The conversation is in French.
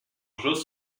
jos